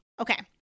Okay